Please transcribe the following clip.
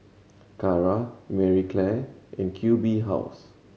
Kara Marie Claire and Q B House